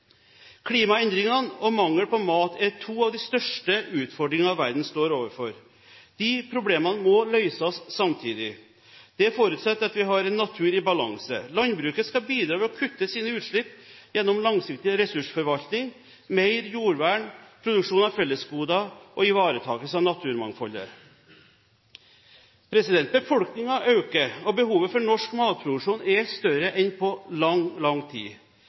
Klimaendringene og mangel på mat er to av de største utfordringene verden står overfor. Disse problemene må løses samtidig. Det forutsetter at naturen er i balanse. Landbruket skal bidra ved å kutte sine utslipp og gjennom langsiktig ressursforvaltning, mer jordvern, produksjon av fellesgoder og ivaretakelse av naturmangfoldet. Befolkningen øker, og behovet for norsk matproduksjon er større enn på lang tid.